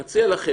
אני מציע לכם,